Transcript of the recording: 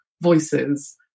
voices